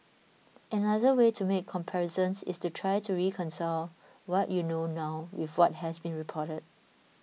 another way to make comparisons is to try to reconcile what you know now with what has been reported